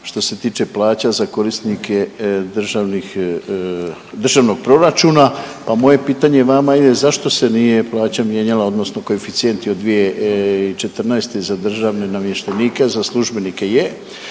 što se tiče plaća za korisnike državnih, Državnog proračuna, pa moje pitanje vama je zašto se nije plaća mijenjala odnosno koeficijenti od 2014. za državne namještenike, za službenike je.